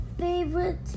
Favorite